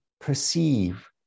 perceive